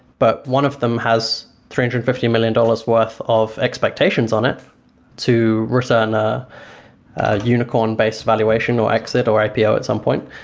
but one of them has three and hundred and fifty million dollars' worth of expectations on it to return a ah unicorn-based valuation, or exit, or ipo at some point.